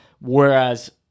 whereas